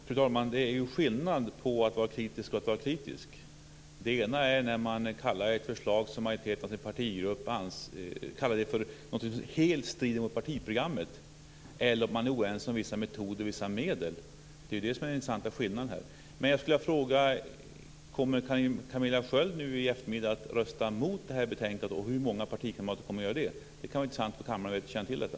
Fru talman! Det är ju skillnad mellan att vara kritisk och att vara kritisk. Det ena är när man säger att ett förslag helt strider mot partiprogrammet. Det andra är när man är oense om vissa metoder och medel. Det är den intressanta skillnaden. Kommer Camilla Sköld i eftermiddag att rösta mot det här betänkandet, och hur många partikamrater kommer att göra det? Det kan vara intressant för kammaren att känna till detta.